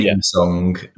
song